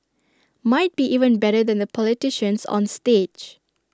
might be even better than the politicians on stage